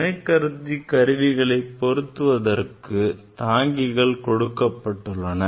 துணைக் கருவிகளை பொருத்துவதற்கு தாங்கிகள் கொடுக்கப்பட்டுள்ளன